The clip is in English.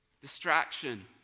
Distraction